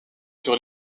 sur